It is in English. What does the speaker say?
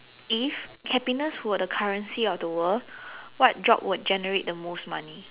if happiness were the currency of the world what job would generate the most money